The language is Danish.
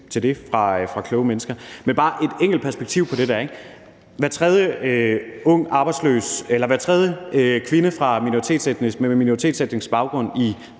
til det fra kloge mennesker. Men jeg vil bare give et enkelt perspektiv på det der. Hver tredje kvinde med en minoritetsetnisk baggrund i